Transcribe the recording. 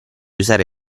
usare